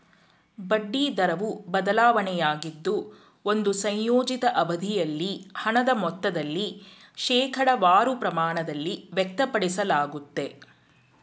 ಬಡ್ಡಿ ದರವು ಬದಲಾವಣೆಯಾಗಿದ್ದು ಒಂದು ಸಂಯೋಜಿತ ಅವಧಿಯಲ್ಲಿ ಹಣದ ಮೊತ್ತದಲ್ಲಿ ಶೇಕಡವಾರು ಪ್ರಮಾಣದಲ್ಲಿ ವ್ಯಕ್ತಪಡಿಸಲಾಗುತ್ತೆ